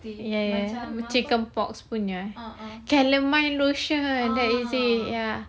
ya ya chickenpox punya calamine lotion that is it ya